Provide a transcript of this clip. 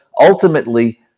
ultimately